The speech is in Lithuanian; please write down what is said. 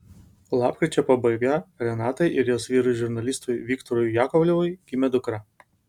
lapkričio pabaigoje renatai ir jos vyrui žurnalistui viktorui jakovlevui gimė dukra